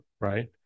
Right